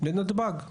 לנתב"ג.